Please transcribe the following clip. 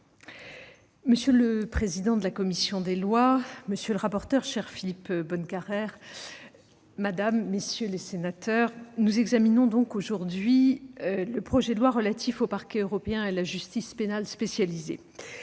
Monsieur le président de la commission des lois, monsieur le rapporteur, cher Philippe Bonnecarrère, mesdames, messieurs les sénateurs, nous examinons donc aujourd'hui le projet de loi relatif au Parquet européen et à la justice pénale spécialisée.